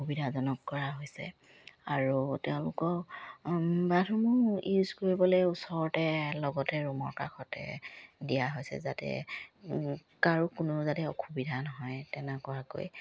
সুবিধাজনক কৰা হৈছে আৰু তেওঁলোকক বাথৰুমো ইউজ কৰিবলে ওচৰতে লগতে ৰুমৰ কাষতে দিয়া হৈছে যাতে কাৰো কোনো যাতে অসুবিধা নহয় তেনেকুৱাকৈ